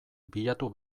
bilatu